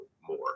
more